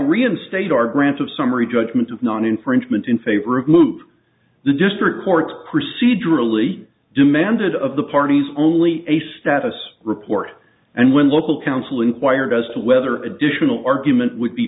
reinstate our grant of summary judgment of non infringement in favor of moot the district court procedurally demanded of the parties only a status report and when local council inquired as to whether additional argument would be